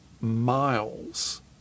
miles